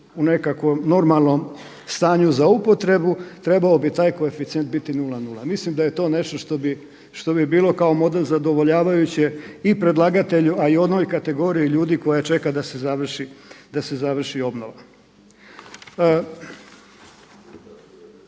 u nekakvom normalnom stanju za upotrebu, trebao bi taj koeficijent biti 0.0. Mislim da je to nešto što bi bilo kao model zadovoljavajuće i predlagatelju, a i onoj kategoriji ljudi koja čeka da se završi obnova.